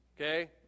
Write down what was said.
Okay